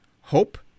Hope